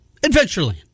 Adventureland